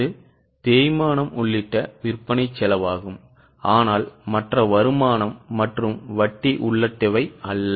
இது தேய்மானம் உள்ளிட்ட விற்பனை செலவாகும் ஆனால் மற்ற வருமானம் மற்றும் வட்டி உள்ளிட்டவை அல்ல